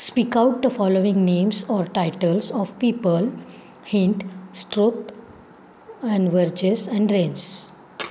speak out the following names or titles of people hint troth and verges and rains